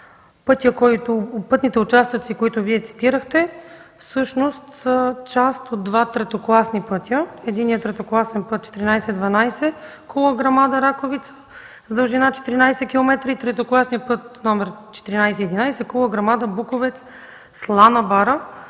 пътните участъци, които Вие цитирахте, са част от два третокласни пътя. Единият третокласен път е № 1412 Кула – Грамада – Раковица с дължина 14 км и третокласният път № 1411 Кула – Грамада – Буковец – Слана бара